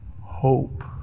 hope